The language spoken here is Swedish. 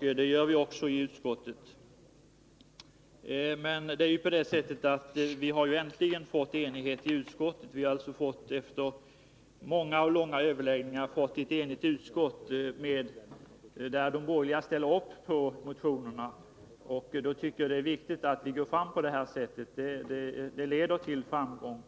Det gör vi också i utskottet. Men vi har efter — medel till handimånga och långa överläggningar äntligen fått enighet i utskottet. De borgerliga ställer upp på motionerna. Då tycker jag det är viktigt att gå fram på det sätt som utskottet föreslår. Det leder till framgång.